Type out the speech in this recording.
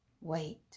Wait